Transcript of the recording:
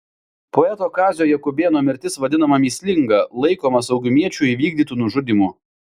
poeto kazio jakubėno mirtis vadinama mįslinga laikoma saugumiečių įvykdytu nužudymu